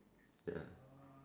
ya